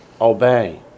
obey